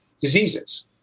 diseases